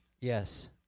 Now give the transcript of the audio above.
Yes